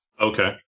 Okay